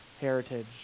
heritage